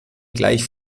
gleich